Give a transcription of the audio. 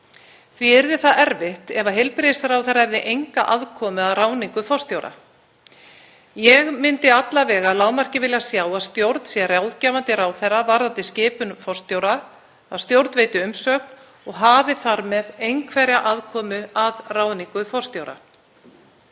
Því yrði erfitt ef heilbrigðisráðherra hefði enga aðkomu að ráðningu forstjóra. Ég myndi alla vega að lágmarki vilja sjá að stjórn sé ráðgefandi ráðherra varðandi skipun forstjóra, að stjórn veiti umsögn og hafi þar með einhverja aðkomu að ráðningu forstjóra.